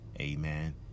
Amen